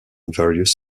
various